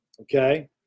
Okay